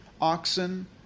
oxen